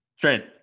Trent